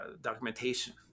documentation